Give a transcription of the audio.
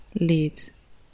leads